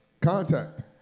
Contact